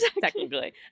technically